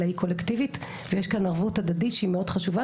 אלא היא קולקטיבית ויש כאן ערבות הדדית שהיא מאוד חשובה,